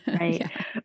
right